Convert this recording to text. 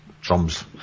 drums